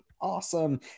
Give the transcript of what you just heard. awesome